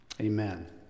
Amen